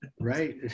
Right